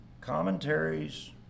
Commentaries